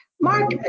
Mark